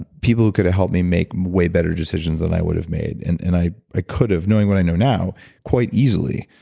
and people who could have helped me make way better decisions than i would have made. and and i i could have knowing what i know now quite easily,